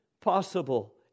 possible